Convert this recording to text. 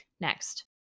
next